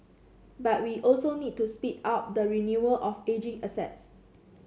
but we also need to speed up the renewal of ageing assets